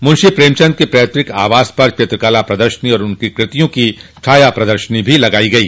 मुंशी प्रेमचन्द के पैतृक आवास पर चित्रकला प्रदर्शनी और उनकी कृतियों की छाया प्रदर्शनी भी लगाई गई